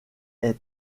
est